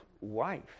wife